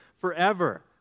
forever